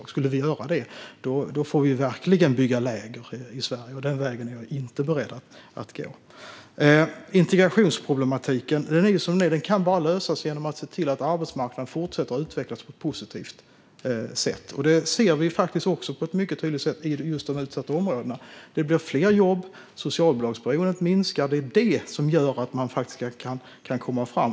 Om vi skulle göra det skulle vi verkligen få bygga läger i Sverige, och den vägen är jag inte beredd att gå. Integrationsproblematiken kan bara lösas genom att man ser till att arbetsmarknaden fortsätter att utvecklas på ett positivt sätt. Det ser vi också på ett mycket tydligt sätt i just de utsatta områdena, där det blir fler jobb och socialbidragsberoendet minskar. Det är det som gör att man kan komma fram.